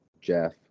Jeff